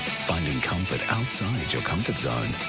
finding comfort outside your comfort zone,